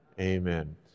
Amen